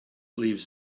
leaves